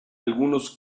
algunos